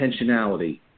intentionality